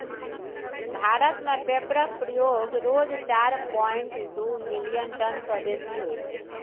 भारत मे पेपरक प्रयोग रोज चारि पांइट दु मिलियन टन सँ बेसी होइ छै